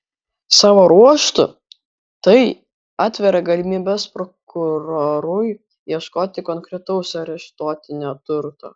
savo ruožtu tai atveria galimybes prokurorui ieškoti konkretaus areštuotino turto